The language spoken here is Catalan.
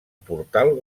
portal